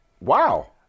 Wow